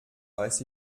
weiß